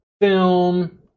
film